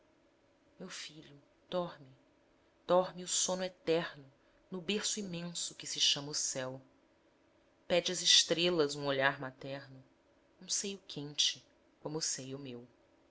meu filho dorme dorme o sono eterno no berço imenso que se chama o céu pede às estrelas um olhar materno um seio quente como o seio meu